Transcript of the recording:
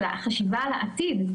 של החשיבה על העתיד,